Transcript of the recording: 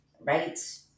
right